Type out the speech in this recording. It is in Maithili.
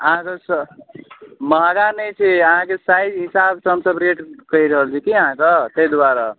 अहाँके महँगा नहि छै अहाँके साइज हिसाबसँ हमसब रेट कहि रहल छी की अहाँके ताहि दुआरे